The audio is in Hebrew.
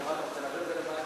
אתה רוצה להעביר את זה לוועדה?